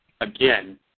again